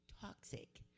toxic